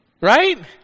Right